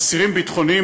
אסירים ביטחוניים,